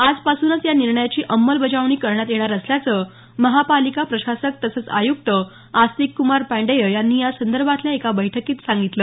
आजपासूनच या निर्णयाची अंमलबजावणी करण्यात येणार असल्याचं महापालिका प्रशासक तसंच आयुक्त आस्तिक कुमार पांडेय यांनी या संदर्भातल्या एका बैठकीत सांगितलं